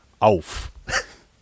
auf